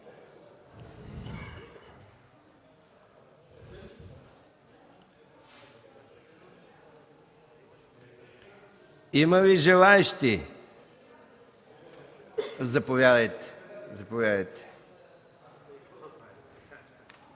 Има ли желаещи? Заповядайте.